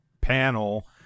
panel